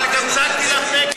אבל גם צעקתי לה נגד.